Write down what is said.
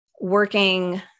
working